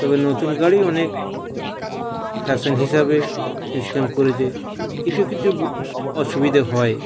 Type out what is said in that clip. তারপর নতুন গাড়ি অনেক ফ্যাশন হিসাবে সিস্টেম করেছে কিছু কিছু অসুবিধে হয়